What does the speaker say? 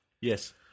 Yes